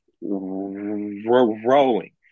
rowing